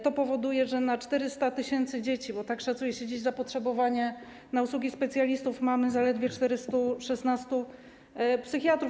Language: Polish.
To powoduje, że na 400 tys. dzieci - bo tak szacuje się dziś zapotrzebowanie na usługi specjalistów - mamy zaledwie 416 psychiatrów.